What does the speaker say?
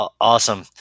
Awesome